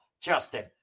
justin